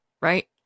right